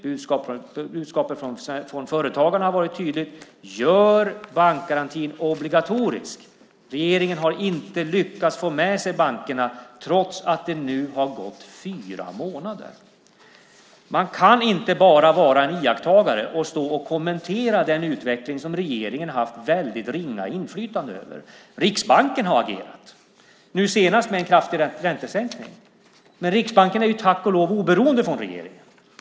Budskapet från Företagarna har varit tydligt. Gör bankgarantin obligatorisk! Regeringen har inte lyckats få med sig bankerna trots att det nu har gått fyra månader. Man kan inte bara vara en iakttagare och stå och kommentera den utveckling som regeringen har haft väldigt ringa inflytande över. Riksbanken har agerat, nu senast med en kraftig räntesänkning. Men Riksbanken är ju tack och lov oberoende från regeringen.